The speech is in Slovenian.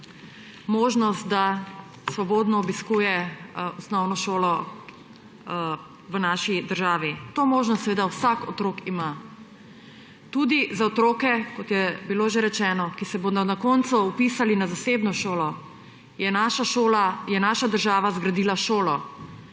možnost, da svobodno obiskuje osnovno šolo v naši državi. To možnost seveda vsak otrok ima. Tudi za otroke, kot je bilo že rečeno, ki se bodo na koncu vpisali na zasebno šolo, je naša država zgradila šolo,